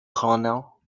colonel